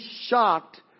shocked